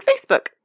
Facebook